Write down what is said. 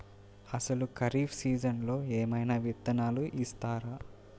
అసలు ఖరీఫ్ సీజన్లో ఏమయినా విత్తనాలు ఇస్తారా?